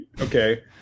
okay